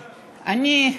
אני,